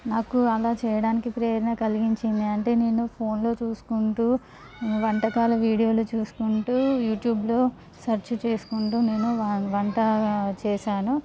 నాకు అలా చేయడానికి ప్రేరణ కలిగించింది అంటే నేను ఫోనులో చూసుకుంటు వంటకాల వీడియోలు చూసుకుంటు యూట్యూబులో సర్చు చేసుకుంటు నేను వంట చేశాను